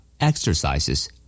Exercises